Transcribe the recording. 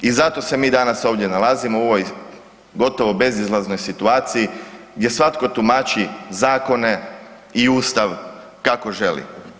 I zato se mi danas ovdje nalazimo u ovoj gotovo bezizlaznoj situaciji jer svatko tumači zakone i Ustav kako želi.